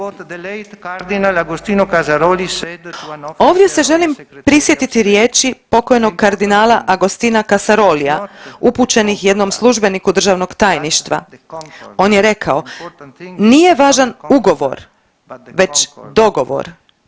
Ovdje se želim prisjetiti riječi pokojnog kardinala Agostina Casarolia upućenom jednom službeniku državnog tajništva, on je rekao, nije važan ugovor već dogovor.